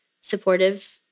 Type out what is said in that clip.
supportive